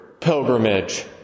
pilgrimage